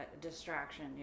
distraction